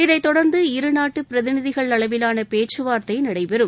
இதைத் தொடர்ந்து இருநாட்டு பிரதிநிதிகள் அளவிலான பேச்சுவார்த்தை நடைபெறும்